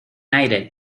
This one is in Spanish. aire